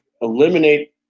eliminate